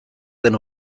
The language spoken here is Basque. den